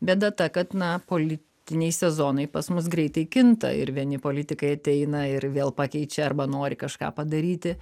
bėda ta kad na politiniai sezonai pas mus greitai kinta ir vieni politikai ateina ir vėl pakeičia arba nori kažką padaryti